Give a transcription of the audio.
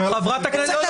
זה.